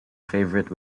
favorite